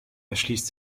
erschließt